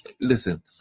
listen